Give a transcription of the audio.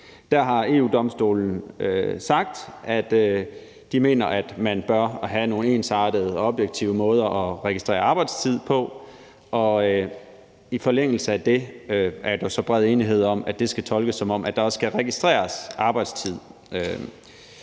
Der har EU-Domstolen sagt, at de mener, at man bør have nogle ensartede og objektive måder at registrere arbejdstid på, og i forlængelse af det er der så bred enighed om, at det skal tolkes, som om der også skal registreres arbejdstid.